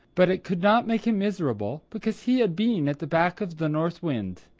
but it could not make him miserable, because he had been at the back of the north wind.